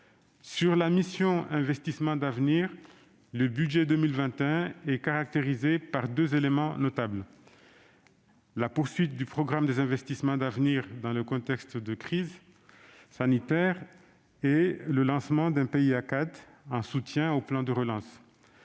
Sur la mission « Investissements d'avenir », le budget pour 2021 est caractérisé par deux éléments notables : la poursuite du programme des investissements d'avenir dans le contexte de crise sanitaire, et le lancement d'un PIA 4, en soutien du plan de relance.